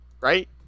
right